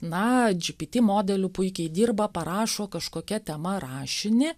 na gpt modeliu puikiai dirba parašo kažkokia tema rašinį